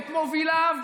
את מוביליו,